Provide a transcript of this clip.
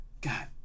god